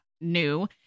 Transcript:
new